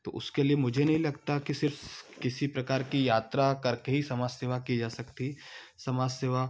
तो उसके लिए मुझे नहीं लगता कि सिर्फ किसी प्रकार की यात्रा करके ही समाज सेवा की जा सकती समाज सेवा